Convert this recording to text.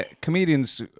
comedians